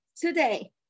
today